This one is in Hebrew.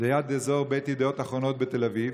ליד אזור בית ידיעות אחרונות בתל אביב,